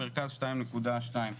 מרכז 2,200,000,